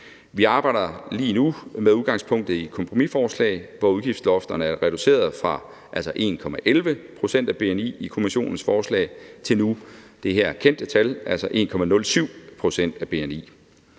Vi arbejder lige nu med udgangspunkt i et kompromisforslag, hvor udgiftslofterne er reduceret fra 1,11 pct. af bni i Kommissionens forslag til nu det her kendte tal, altså 1,07 pct.